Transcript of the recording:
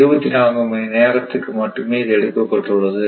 இருபத்தி நான்கு மணி நேரத்திற்கு மட்டுமே இது எடுக்கப்பட்டுள்ளது